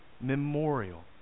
memorial